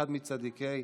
מאחד מצדיקי